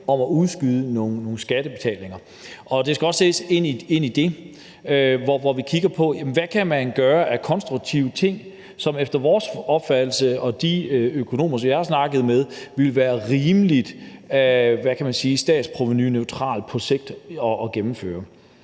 om at udskyde nogle skattebetalinger, så det skal også ses i den sammenhæng. Og man kigger på, hvad man kan gøre af konstruktive ting, som efter vores opfattelse og opfattelsen hos de økonomer, som jeg har snakket med, ville være rimelig, hvad kan man sige, statsprovenuneutrale på sigt at gennemføre.